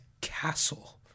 castle